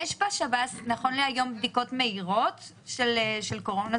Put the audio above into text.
יש בשב"ס נכון להיום בדיקות מהירות של קורונה?